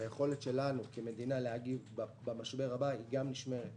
שהיכולת שלנו כמדינה להגיב במשבר הבא גם נשמרת,